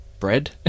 bread